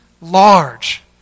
large